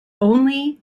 only